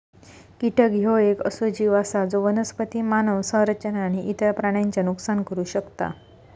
कीटक ह्यो येक असो जीव आसा जो वनस्पती, मानव संरचना आणि इतर प्राण्यांचा नुकसान करू शकता